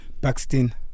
Buxton